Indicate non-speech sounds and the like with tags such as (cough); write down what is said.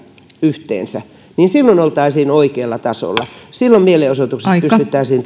yhteensä seitsemäntuhattakahdeksansataaviisikymmentä poliisia silloin oltaisiin oikealla tasolla silloin mielenosoitukset pystyttäisiin (unintelligible)